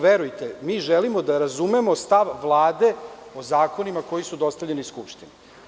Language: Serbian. Verujte, mi želimo da razumemo stav Vlade o zakonima koji su dostavljeni Skupštini.